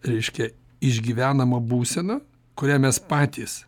reiškia išgyvenamą būseną kurią mes patys